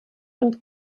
und